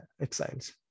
exiles